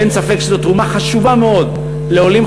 אין ספק שזו תרומה חשובה מאוד לעולים